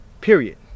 period